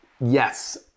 Yes